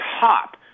top